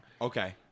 Okay